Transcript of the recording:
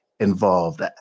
Involved